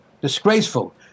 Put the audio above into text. disgraceful